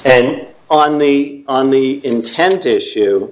and on the on the intent issue